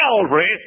Calvary